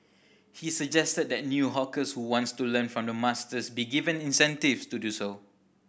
he suggested that the new hawkers who want to learn from the masters be given incentives to do so